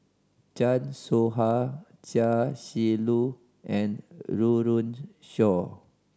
Chan Soh Ha Chia Shi Lu and Run Run Shaw